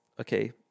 Okay